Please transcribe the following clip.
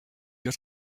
your